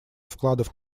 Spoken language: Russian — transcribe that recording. вкладов